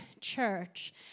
Church